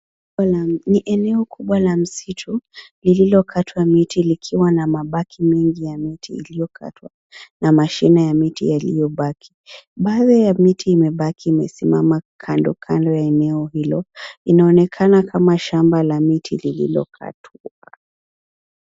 Ni eneo kubwa la msitu lililokatwa miti likiwa na mabaki mengi ya miti iliyokatwa na mashina ya miti yaliyobaki. Baadhi ya miti imebaki imesimama kando kando ya eneo hilo, inaonekana kama shamba la miti lililokatwa.